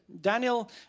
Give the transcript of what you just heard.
Daniel